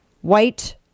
white